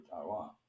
Taiwan